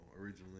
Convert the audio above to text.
originally